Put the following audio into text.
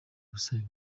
busabe